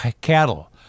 cattle